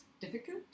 difficult